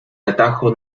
atajo